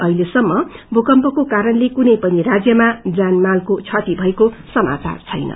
अहिलेसम्म भूकम्पको कारणले कुनै पनि राज्यमा ज्यान मालाको क्षति भएको समचार छैन